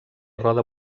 roda